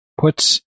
puts